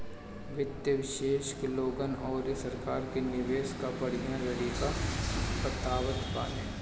वित्त विशेषज्ञ लोगन अउरी सरकार के निवेश कअ बढ़िया तरीका बतावत बाने